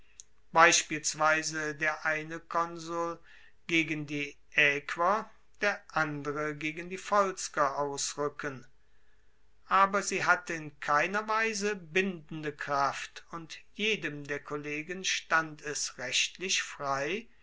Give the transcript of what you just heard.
beispielsweise der eine konsul gegen die aequer der andere gegen die volsker ausruecken aber sie hatte in keiner weise bindende kraft und jedem der kollegen stand es rechtlich frei